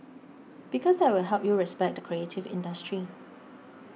because that will help you respect the creative industry